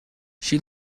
she